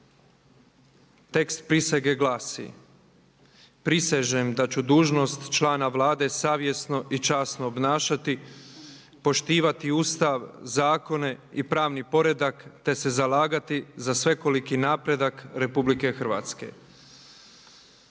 Tekst prisege glasi: Prisežem da ću dužnost člana Vlade savjesno i časno obnašati, poštivati Ustav, zakone i pravni poredak, te se zalagati za svekoliki napredak Republike Hrvatske.